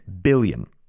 billion